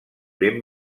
ben